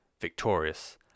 victorious